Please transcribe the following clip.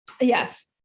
Yes